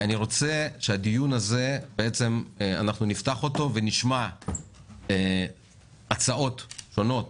אני רוצה שנפתח את הדיון הזה ונשמע הצעות שונות